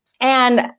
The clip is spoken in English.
And-